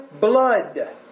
blood